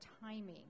timing